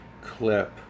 clip